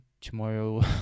tomorrow